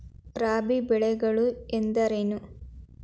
ರಾಬಿ ಬೆಳೆಗಳು ಎಂದರೇನು?